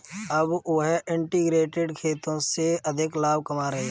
अब वह इंटीग्रेटेड खेती से अधिक लाभ कमा रहे हैं